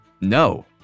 No